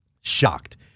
shocked